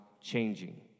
changing